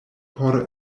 por